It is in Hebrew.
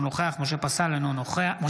אינו נוכח משה פסל,